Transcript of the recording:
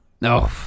No